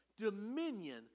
dominion